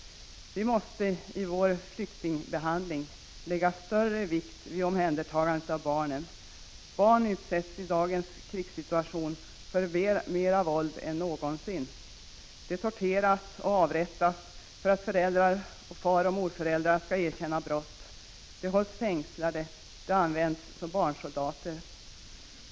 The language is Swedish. Vi måste i vår behandling av flyktingar lägga större vikt vid omhändertagandet av barnen. Barn utsätts i dagens krigssituation för mera våld än någonsin. De torteras och avrättas för att föräldrar och faroch morföräldrar skall erkänna brott. De hålls fängslade, och de används som barnsoldater.